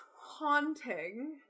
haunting